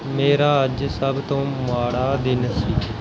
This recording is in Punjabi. ਮੇਰਾ ਅੱਜ ਸਭ ਤੋਂ ਮਾੜਾ ਦਿਨ ਸੀ